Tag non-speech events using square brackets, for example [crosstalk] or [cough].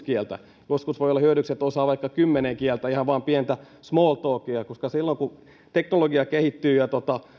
[unintelligible] kieltä joskus voi olla hyödyksi että osaa vaikka kymmentä kieltä ihan vain pientä small talkia koska silloin kun teknologia kehittyy ja